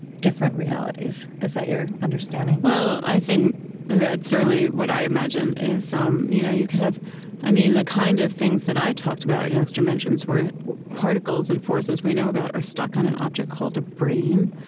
different realities. is that your understanding? well, i think that's certainly what i imagine is um you know you could have i mean the kind of things that i talked about in extra dimensions, where particles and forces we know about are stuck on an object called a brane,